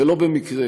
ולא במקרה;